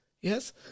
yes